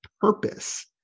purpose